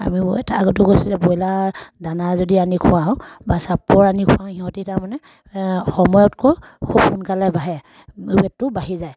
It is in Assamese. আমি আগতে গৈছোঁ যে ব্ৰইলাৰ দানা যদি আনি খুৱাওঁ বা চাপৰ আনি খোৱাওঁ সিহঁতি তাৰমানে সময়তকৈ খুব সোনকালে বাঢ়ে ৱেটটো বাঢ়ি যায়